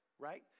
right